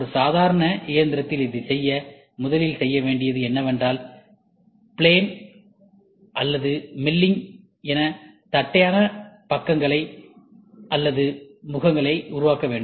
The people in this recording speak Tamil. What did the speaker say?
ஒரு சாதாரண இயந்திரத்தில் இதைச் செய்ய முதலில் செய்ய வேண்டியது என்னவென்றால் பிளேன் அல்லது மில்லிங் என தட்டையான பக்கங்களைமுகங்களை உருவாக்க வேண்டும்